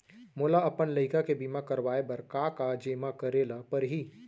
मोला अपन लइका के बीमा करवाए बर का का जेमा करे ल परही?